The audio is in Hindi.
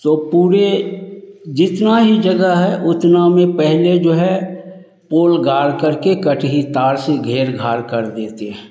तो पूरे जितना ही जगह है उतना में पहले जो है पोल गाड़ करके कटही तार से घेर घार कर देते हैं